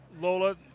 Lola